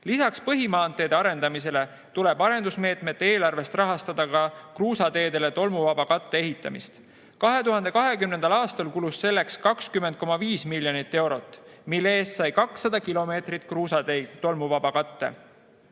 Lisaks põhimaanteede arendamisele tuleb arendusmeetmete eelarvest rahastada ka kruusateedele tolmuvaba katte ehitamist. 2020. aastal kulus selleks 20,5 miljonit eurot, mille eest sai 200 kilomeetrit kruusateid tolmuvaba katte.